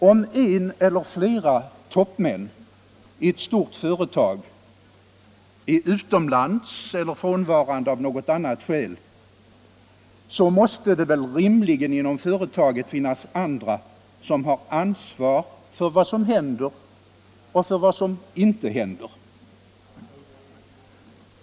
Om en eller flera toppmän i ett stort företag är utomlands eller frånvarande av något annat skäl, måste det väl rimligen inom företaget finnas andra som har ansvar för vad som händer och vad som inte händer.